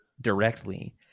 directly